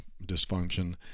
dysfunction